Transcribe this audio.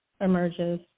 emerges